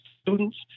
students